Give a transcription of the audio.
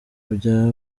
bya